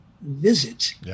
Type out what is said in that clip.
visit